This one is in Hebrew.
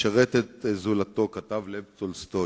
לשאר המוסדות הציבוריים בארץ.